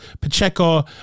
Pacheco